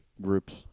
groups